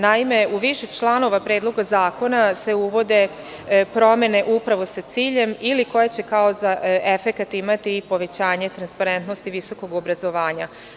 Naime, iz članova Predloga zakona se uvode promene upravo sa ciljem ili koji će kao za efekat imati povećanje transparentnosti visokog obrazovanja.